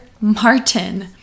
Martin